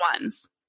ones